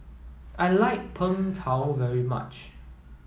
I like Png Tao very much